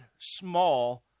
small